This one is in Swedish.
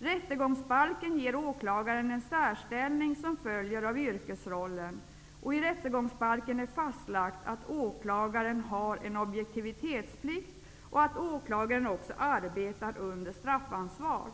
Rättegångsbalken ger åklagaren en särställning som följer av yrkesrollen. I rättegångsbalken är fastlagt att åklagaren har en objektivitetsplikt och att åklagaren också arbetar under straffansvar.